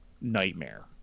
nightmare